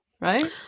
Right